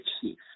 chief